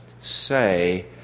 say